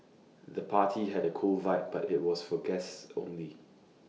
the party had A cool vibe but was for guests only